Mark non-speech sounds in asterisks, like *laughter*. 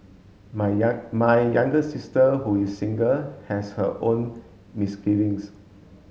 my *unintelligible* my younger sister who is single has her own misgivings